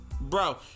bro